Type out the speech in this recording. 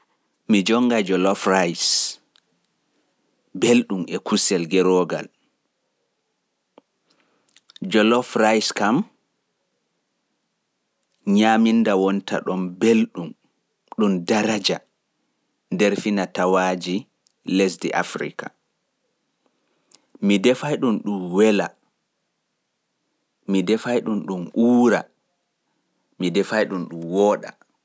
Mi jonngai Maarori Jollof belɗun e kusel gertogal. Maarori Jollof kam nyaaminda wonta ɗon belɗun ɗun daraja nder fina tawaaji leiɗe Afirka. Mi defai ndi ndi wela, ndi uura kadi ndi wooɗa.